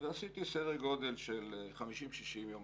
ועשיתי כ-60-50 שיום בשנה.